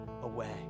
away